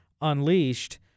unleashed